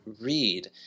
read